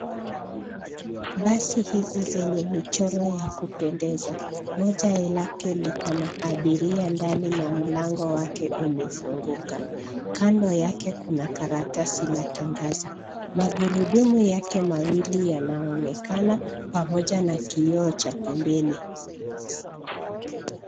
Basi hizi zenye michoro ya kupendeza. Moja lake liko na abiria ndani na mlango wake umefunguka. Kando yake kuna karatasi la tangazo. Magurudumu yake mawili yanaonekana pamoja na kioo cha pembeni.